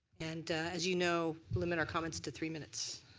and as you know limit our comments to three minutes.